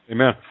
Amen